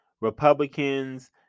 Republicans